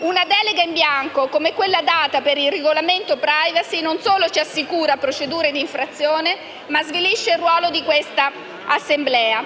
Una delega in bianco, come quella data per il regolamento sulla *privacy*, non solo ci assicura procedure d'infrazione, ma svilisce il ruolo di quest'Assemblea.